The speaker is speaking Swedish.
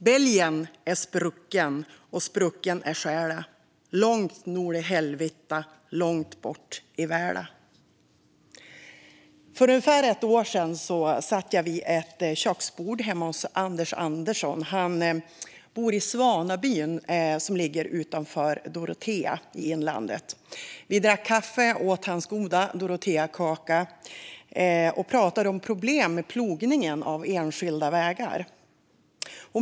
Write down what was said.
Bälgen ä sprucken.Å sprucken ä själa. Langt nol i helvitta. Langt bort i väla. För ungefär ett år sedan satt jag vid ett köksbord hemma hos Anders Andersson. Han bor i Svanabyn, som ligger utanför Dorotea i inlandet. Vi drack kaffe, åt hans goda doroteakaka och pratade om problem med plogningen av enskilda vägar.